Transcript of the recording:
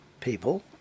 people